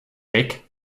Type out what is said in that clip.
weg